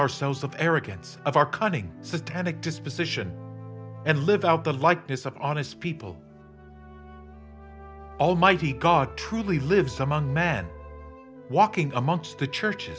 ourselves of arrogance of our cunning satanic disposition and live out the likeness of honest people almighty god truly lives among men walking amongst the churches